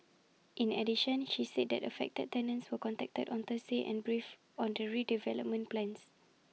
in addition she said that affected tenants were contacted on Thursday and briefed on the redevelopment plans